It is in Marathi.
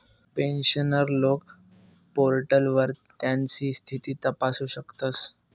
पेन्शनर लोके पोर्टलवर त्यास्नी स्थिती तपासू शकतस